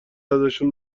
ازشون